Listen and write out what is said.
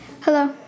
Hello